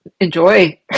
enjoy